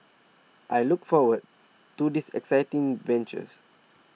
I look forward to this exciting venture